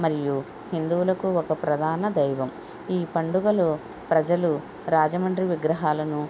మరియు హిందువులకు ఒక ప్రధాన దైవం ఈ పండుగలో ప్రజలు రాజమండ్రి విగ్రహాలను